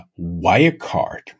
Wirecard